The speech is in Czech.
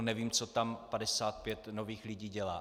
Nevím, co tam 55 nových lidí dělá.